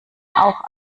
auch